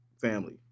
family